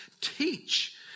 teach